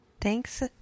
Thanks